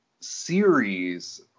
series